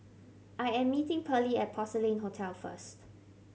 I am meeting Pearlie at Porcelain Hotel first